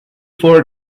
forward